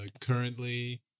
Currently